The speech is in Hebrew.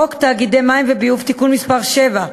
בחוק תאגידי מים וביוב (תיקון מס' 7),